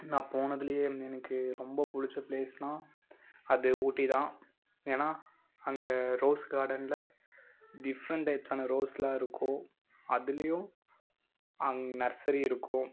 நான் போனதிலேயே எனக்கு ரொம்ப பிடிச்ச பிளேஸ்னா அது ஊட்டி தான் ஏனால் அங்கே ரோஸ் கார்டனில் டிஃப்ரெண்ட் டைப்ஸான ரோஸ்லாம் இருக்கும் அதுலையும் அங் நர்சரி இருக்கும்